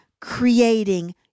creating